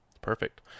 perfect